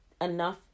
enough